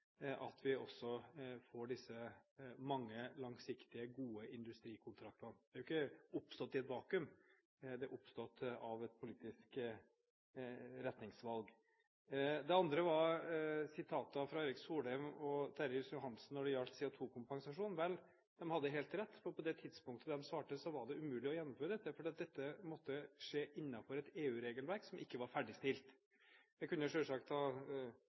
at vi også får disse mange langsiktige og gode industrikontraktene. De har ikke oppstått i et vakuum, de har oppstått av et politisk retningsvalg. Det andre var sitater fra Erik Solheim og Terje Riis-Johansen når det gjaldt CO2-kompensasjon. Vel, de hadde helt rett, for på det tidspunktet de svarte, var det umulig å gjennomføre det, for dette måtte skje innenfor et EU-regelverk som ikke var ferdigstilt. Jeg kunne selvsagt ha